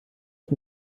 ist